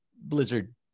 Blizzard